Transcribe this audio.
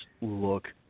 look